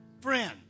Friend